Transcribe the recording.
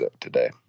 today